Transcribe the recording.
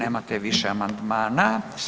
Nemate više amandmana.